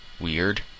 weird